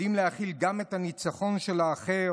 יודעים להכיל גם את הניצחון של האחר,